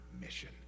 mission